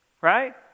right